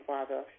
Father